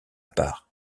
part